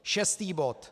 Šestý bod.